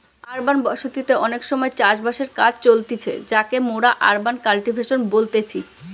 urban বসতি তে অনেক সময় চাষ বাসের কাজ চলতিছে যাকে মোরা আরবান কাল্টিভেশন বলতেছি